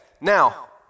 now